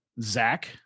Zach